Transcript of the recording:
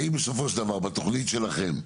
האם בסופו של דבר בתוכנית שלכם,